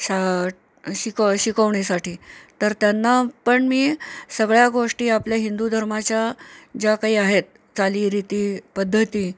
शा शिक शिकवणीसाठी तर त्यांना पण मी सगळ्या गोष्टी आपल्या हिंदू धर्माच्या ज्या काही आहेत चालीरीती पद्धती